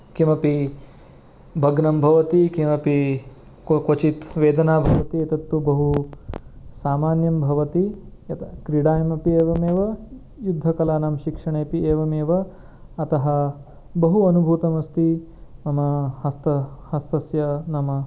किमपि भग्नं भवति किमपि क्वचित् वेदना भवति तत्तु बहू सामान्यं भवति क्रीडायामपि एवमेव युद्धकलानां शिक्षणे अपि एवमेव अतः बहु अनुभूतमस्ति मम हस्त हस्तस्य नाम